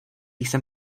jsem